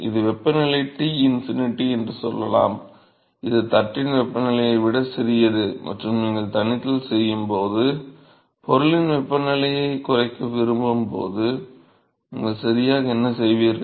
இது வெப்பநிலை T∞ என்று சொல்லலாம் இது தட்டின் வெப்பநிலையை விட சிறியது மற்றும் நீங்கள் தணித்தல் செய்யும் போது பொருளின் வெப்பநிலையைக் குறைக்க விரும்பும் போது நீங்கள் சரியாக என்ன செய்வீர்கள்